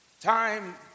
Time